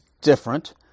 different